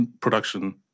production